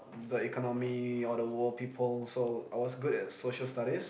the economy or the world people so I was good at social studies